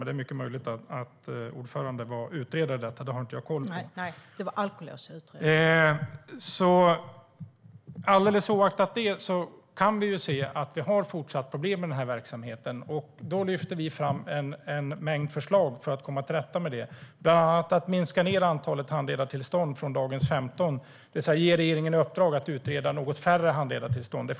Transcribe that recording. Det är möjligt att det var Karin Svensson Smith som utredde detta. Hur som helst kan vi se att det fortsatt är problem med den här verksamheten. Vi lyfter fram en mängd förslag för att komma till rätta med det, bland annat att minska antalet personer man kan ha handledartillstånd för från dagens 15, alltså att man ger regeringen i uppdrag att utreda att minska antalet handledartillstånd.